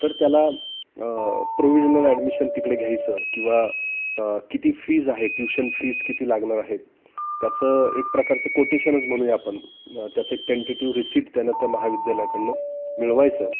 तर त्याला provisional admission तिकडे घ्यायचं किंवा किती फीज आहे ट्युशन फीज किती लागणार आहेत त्याचं एक प्रकारचं कोटेशनच म्हणूया आपण त्याचं एक टेंटिटिव्ह रिसीट त्यांना त्या महाविद्यालयाकडून मिळवायचं